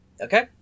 Okay